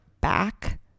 back